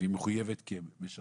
והיא מחויבת כי הם משרתים,